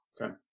Okay